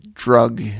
Drug